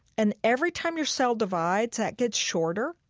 and every time your cell divides, that gets shorter.